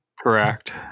Correct